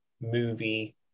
movie